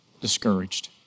discouraged